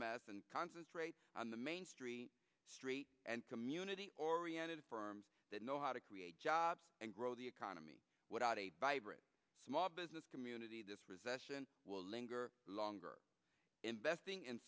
mess and concentrate on the main street street and community oriented firms that know how to create jobs and grow the economy without a vibrant small business community this recession will linger longer investing in